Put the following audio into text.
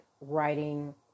writing